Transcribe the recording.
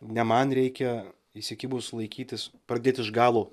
ne man reikia įsikibus laikytis pradėt iš galo